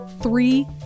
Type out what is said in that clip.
three